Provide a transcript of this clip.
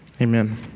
amen